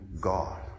God